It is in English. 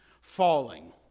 falling